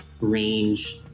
range